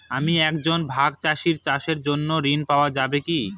আমি একজন ভাগ চাষি চাষের জন্য ঋণ পাওয়া যাবে কি?